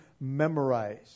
memorize